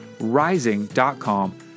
rising.com